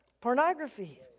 Pornography